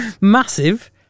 massive